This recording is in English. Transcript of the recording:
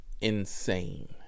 insane